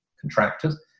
contractors